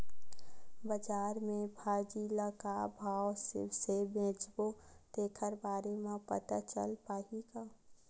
बजार में भाजी ल का भाव से बेचबो तेखर बारे में पता चल पाही का?